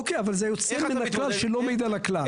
אוקיי, אבל זה יוצא מן הכלל שלא מעיד על הכלל.